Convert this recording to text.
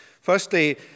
Firstly